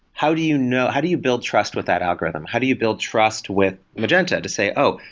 how do you know how do you build trust with that algorithm? how do you build trust with magenta to say, oh!